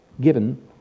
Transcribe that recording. given